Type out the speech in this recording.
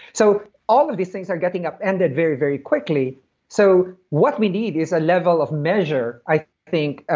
so all of these things are getting upended very, very quickly so what we need is a level of measure, i think, ah